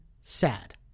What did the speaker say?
sad